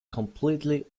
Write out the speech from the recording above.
completely